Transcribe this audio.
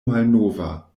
malnova